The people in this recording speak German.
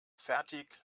fertig